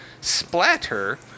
Splatter